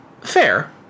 Fair